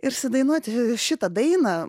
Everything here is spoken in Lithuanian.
ir sudainuoti šitą dainą